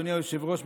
אדוני היושב-ראש,